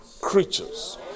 creatures